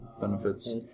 benefits